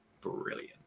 brilliant